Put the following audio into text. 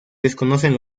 desconocen